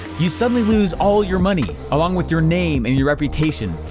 you suddenly lose all your money, along with your name and your reputation.